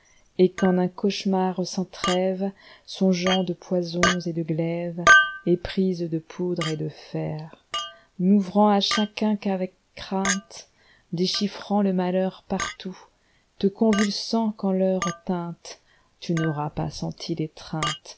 et qu'en un cauchemar sans trêves songeant de poisons et de glaives éprise de poudre et de fer n'ouvrant à chacun qu'avec crainte déchiffrant le malheur partout te convulsant quand l'heure tinte tu n'auras pas senti l'étreintede